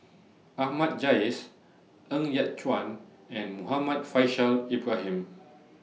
Ahmad Jais Ng Yat Chuan and Muhammad Faishal Ibrahim